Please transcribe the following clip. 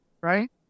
right